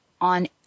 on